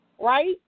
Right